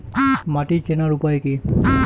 মাটি চেনার উপায় কি?